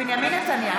בנימין נתניהו,